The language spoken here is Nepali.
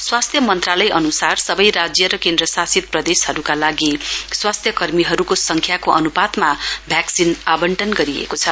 स्वास्थ्य मन्त्रालय अन्सार सबै राज्य र केन्द्रशासित प्रदेशहरूका लागि स्वास्थ्य कर्मीहरूको संख्याको अन्पातमा भ्याक्सिन आवटन गरिएको छ